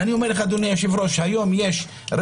אני אומר לך, אדוני היושב-ראש, היום יש רצח,